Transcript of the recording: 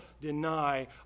deny